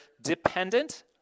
dependent